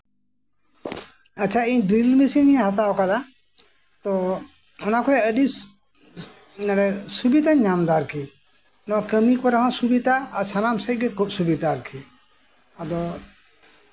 ᱟᱪᱪᱷᱟ ᱤᱧ drill machine ᱤᱧ ᱦᱟᱛᱟᱣ ᱟᱠᱟᱫᱟ ᱛᱳ ᱚᱱᱟ ᱠᱷᱚᱱ ᱟᱹᱰᱤ ᱥᱩᱵᱤᱫᱷᱟᱧ ᱧᱟᱢ ᱮᱫᱟ ᱟᱨᱠᱤ ᱱᱚᱶᱟ ᱠᱟᱹᱢᱤ ᱠᱚᱨᱮ ᱦᱚᱸ ᱥᱩᱵᱤᱫᱷᱟ ᱟᱨ ᱥᱟᱱᱟᱢ ᱥᱮᱫᱜᱮ ᱥᱩᱵᱤᱫᱷᱟ ᱟᱨᱠᱤ ᱟᱫᱚ